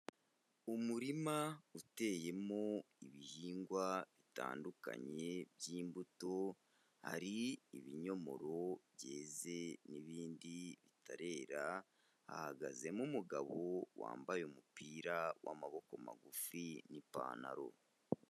Umurima uteyemo ibihingwa bitandukanye by'imbuto hari ibinyomoro byeze n'ibindi bitarera, hahagazemo umugabo wambaye umupira w'amaboko magufi n'ipantaro.